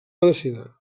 medicina